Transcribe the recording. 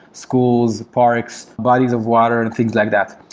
schools, parks, bodies of water and things like that.